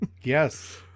Yes